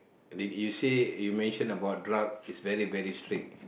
you say you mention about drugs is very very strict